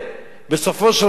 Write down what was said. בסופו של דבר,